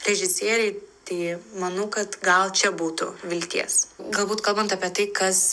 režisieriai tai manau kad gal čia būtų vilties galbūt kalbant apie tai kas